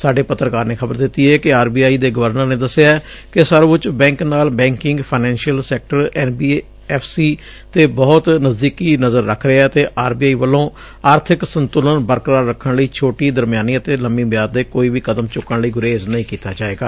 ਸਾਡੇ ਪੱਤਰਕਾਰ ਨੇ ਖ਼ਬਰ ਦਿੱਤੀ ਏ ਕਿ ਆਰ ਬੀ ਆਈ ਦੇ ਗਵਰਨਰ ਨੇ ਦਸਿਐ ਕਿ ਸਵਰਉੱਚ ਬੈਂਕ ਨਾਲ banking financial sector N B F C ਤੇ ਬਹੁਤ ਨਜਦੀਕੀ ਨਜ਼ਰ ਰੱਖ ਰਿਹੈ ਅਤੇ ਆਰ ਬੀ ਆਈ ਵੱਲੋਂ ਆਰਥਿਕ ਸੰਤੁਲਨ ਬਰਕਰਾਰ ਰੱਖਣ ਲਈ ਛੋਟੀ ਦਰਮਿਆਨੀ ਅਤੇ ਲੰਮੀ ਮਿਆਦ ਦੇ ਕੋਈ ਵੀ ਕਦਮ ਚੁੱਕਣ ਲਈ ਗੁਰੇਜ ਨਹੀਂ ਕੀਤਾ ਜਾਏਗਾ